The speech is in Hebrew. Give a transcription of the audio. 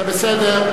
זה בסדר.